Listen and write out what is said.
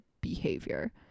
behavior